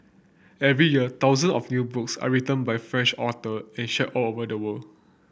every year thousand of new books are written by French author and shared all over the world